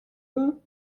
war